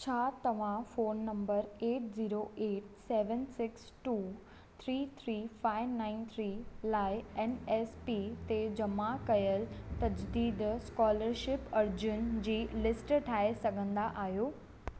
छा तव्हां phone number eight zero eight seven six two three three five nine three लाइ N S P ते जमा कयल तजदीद स्कॉलरशिप अर्ज़ियुनि जी लिस्ट ठाहे सघंदा आहियो